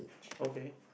okay